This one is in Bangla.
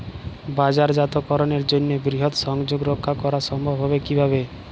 বাজারজাতকরণের জন্য বৃহৎ সংযোগ রক্ষা করা সম্ভব হবে কিভাবে?